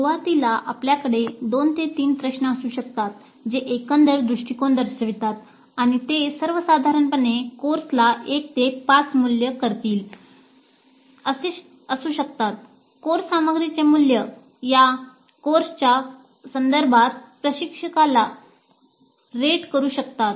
सुरुवातीला आपल्याकडे 2 3 प्रश्न असू शकतात जे एकंदर दृष्टिकोन दर्शवितात आणि ते सर्वसाधारणपणे कोर्सला 1 ते 5 मूल्य करतील असे असू शकतात कोर्स सामग्रीचे मूल्य या कोर्सच्या संदर्भात प्रशिक्षकाला रेट करू शकतात